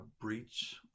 breach